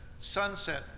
sunset